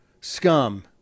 scum